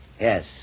Yes